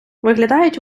виглядають